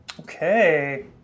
Okay